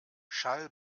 schall